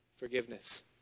Forgiveness